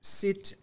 sit